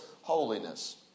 holiness